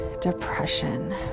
depression